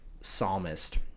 psalmist